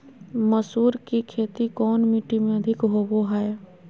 मसूर की खेती कौन मिट्टी में अधीक होबो हाय?